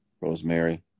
Rosemary